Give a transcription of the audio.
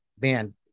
man